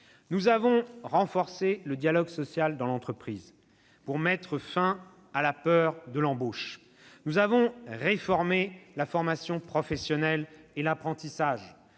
Nous avons renforcé le dialogue social dans l'entreprise, pour mettre fin à la peur de l'embauche. Nous avons réformé la formation professionnelle et l'apprentissage,